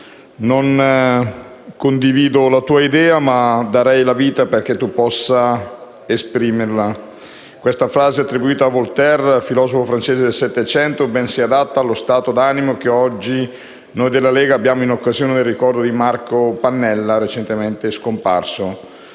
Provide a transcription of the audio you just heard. «Non condivido la tua idea, ma darei la vita perché tu possa esprimerla». Questa fase, attribuita a Voltaire, filosofo francese del 1700, ben si adatta allo stato d'animo che oggi, noi della Lega, abbiamo in occasione del ricordo di Marco Pannella, recentemente scomparso.